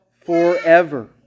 forever